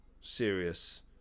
serious